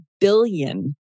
billion